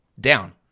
down